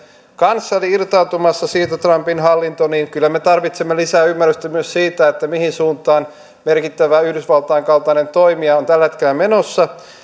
kanssa eli irtautumassa siitä niin kyllä me tarvitsemme lisää ymmärrystä myös siitä mihin suuntaan yhdysvaltain kaltainen merkittävä toimija on tällä hetkellä menossa